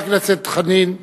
חבר הכנסת חנין.